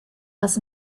was